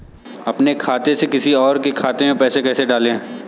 अपने खाते से किसी और के खाते में पैसे कैसे डालें?